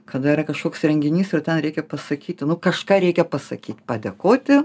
kada yra kažkoks renginys ir ten reikia pasakyti nu kažką reikia pasakyt padėkoti